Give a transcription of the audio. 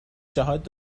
جهات